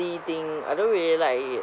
thing I don't really like it